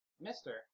Mister